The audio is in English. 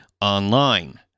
online